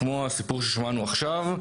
כמו הסיפור ששמענו עכשיו,